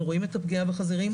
אנחנו רואים את הפגיעה בחזירים,